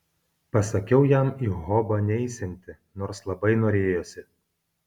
pasakiau jam į hobą neisianti nors labai norėjosi